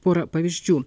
pora pavyzdžių